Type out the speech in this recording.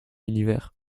l’univers